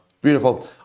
Beautiful